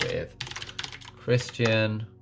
with christian,